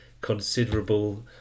considerable